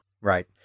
Right